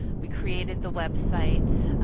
we created the website.